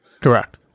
Correct